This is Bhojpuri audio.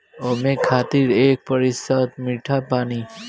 ओमें खातिर एक प्रतिशत मीठा पानी